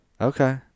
Okay